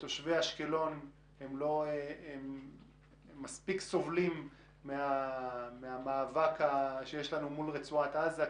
תושבי אשקלון סובלים מספיק מהמאבק שיש לנו מול רצועת עזה.